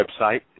website